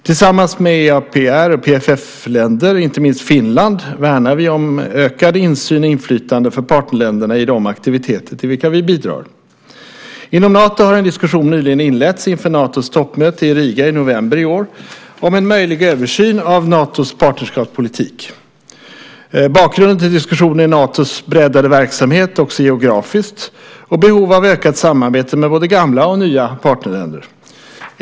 Tillsammans med andra EAPR och PFF-länder, inte minst Finland, värnar vi om ökad insyn och inflytande för partnerländerna i de aktiviteter till vilka vi bidrar. Inom Nato har en diskussion nyligen inletts inför Natos toppmöte i Riga i november i år om en möjlig översyn av Natos partnerskapspolitik. Bakgrunden till diskussionen är Natos breddade verksamhet, också geografiskt, och behov av ökat samarbete med både gamla och nya partnerländer.